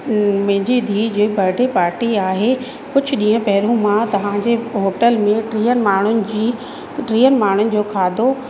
मिंजी धी जी बडे पार्टी आहे कुझु ॾींहं पहिरियूं मां तव्हांजे होटल में टीहनि माण्हुनि जी टीहनि माण्हुनि जो खाधो